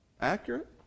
accurate